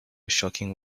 shocking